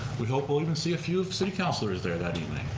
we hope will even see a few of city councilors there that evening.